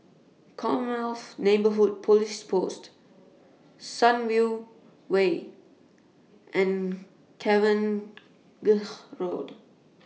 Commonwealth Neighbourhood Police Post Sunview Way and Cavenagh Road